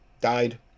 died